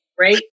right